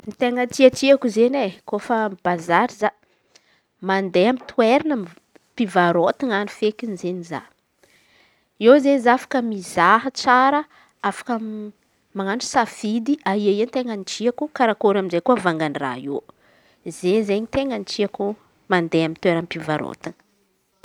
Tena tiatiako izen̈y kôfa mibazary za. Mandeha amy toerana mpivarotana an̈y feky za, eo zey za afaky mizaha tsara, afaky manan̈o safidy. Aia hay ten̈a tiako? Karakory amy izey koa vanga ny raha io? Zay izen̈y tiako mande amy toeram-pivarotan̈a.